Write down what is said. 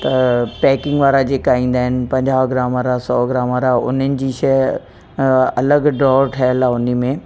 त पैकिंग वारा जेका ईंदा आहिनि पंजाहु ग्राम वारा सौ ग्राम वारा उन्हनि जी शइ अलॻि ड्रॉ ठहियल आहे उन में